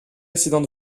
accident